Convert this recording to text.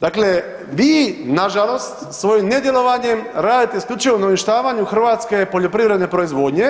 Dakle, bi nažalost svojim nedjelovanjem radite isključivo na uništavanju hrvatske poljoprivredne proizvodnje